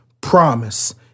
promise